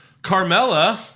Carmella